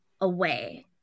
away